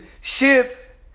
ship